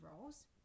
roles